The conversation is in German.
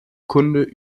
kunde